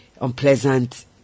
unpleasant